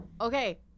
Okay